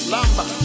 Lamba